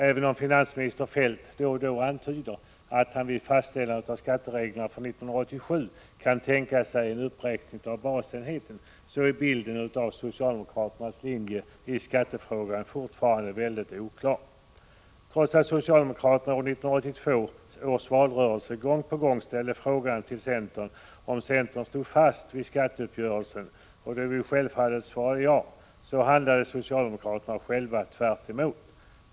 Även om finansminister Feldt då och då antyder att han vid fastställande av skattereglerna för 1987 kan tänka sig en uppräkning av basenheten, är bilden av socialdemokraternas linje i skattefrågan väldigt oklar. Trots att socialdemokraterna i 1982 års valrörelse gång på gång ställde frågan om centern stod fast vid skatteuppgörelsen och vi självfallet svarade ja, handlade socialdemokraterna själva tvärtemot.